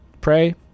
pray